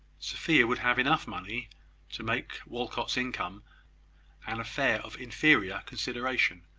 sophia would have enough money to make walcot's income an affair of inferior consideration.